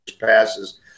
passes